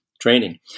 training